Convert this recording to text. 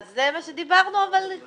אבל זה מה שדיברנו בדיון.